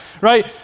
right